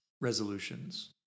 resolutions